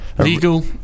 Legal